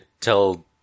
tell